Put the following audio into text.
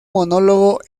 monólogo